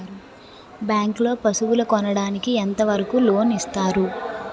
Bank లో పశువుల కొనడానికి ఎంత వరకు లోన్ లు ఇస్తారు?